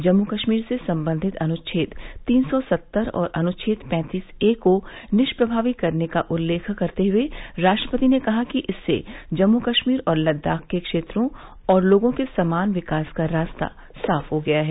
जम्मू कश्मीर से संबंधित अनुच्छेद तीन सौ सत्तर और अनुच्छेद पैंतीस ए को निष्प्रमावी करने का उल्लेख करते हुए राष्ट्रपति ने कहा कि इससे जम्मु कश्मीर और लद्दाख के क्षेत्रों और लोगों के समान विकास का रास्ता साफ हो गया है